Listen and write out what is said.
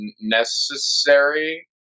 necessary